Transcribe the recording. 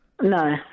No